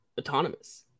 autonomous